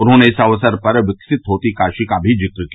उन्होंने इस अवसर पर विकसित होती काशी का भी जिक्र किया